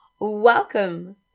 welcome